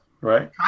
right